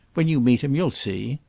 when you meet him you'll see.